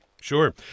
Sure